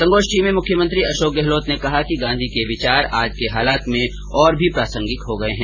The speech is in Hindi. संगोष्ठी में मुख्यमंत्री अशोक गहलोत ने कहा कि गांधी के विचार आज के हालात में और प्रासंगिक हो गए हैं